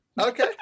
Okay